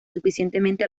suficientemente